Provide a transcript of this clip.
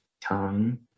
tongue